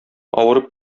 авырып